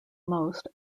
most